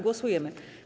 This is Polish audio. Głosujemy.